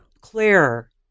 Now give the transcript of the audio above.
Claire